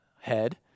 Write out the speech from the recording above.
head